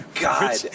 God